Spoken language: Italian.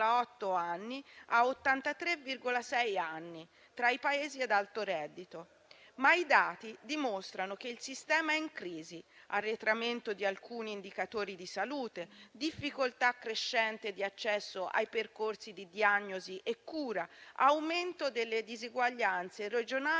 anni a 83,6 anni tra i Paesi ad alto reddito. I dati però dimostrano che il sistema è in crisi: arretramento di alcuni indicatori di salute, difficoltà crescente di accesso ai percorsi di diagnosi e cura, aumento delle disuguaglianze regionali